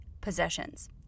possessions